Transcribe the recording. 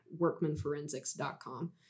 workmanforensics.com